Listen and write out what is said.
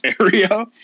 area